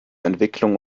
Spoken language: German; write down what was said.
entwicklung